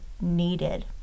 needed